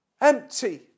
empty